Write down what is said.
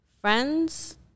friends